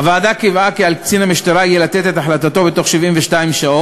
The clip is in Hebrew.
הוועדה קבעה כי על קצין המשטרה יהיה לתת את החלטתו בתוך 72 שעות.